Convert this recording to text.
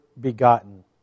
begotten